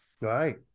right